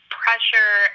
pressure